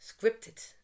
scripted